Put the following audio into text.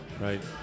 Right